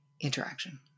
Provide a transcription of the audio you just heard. interaction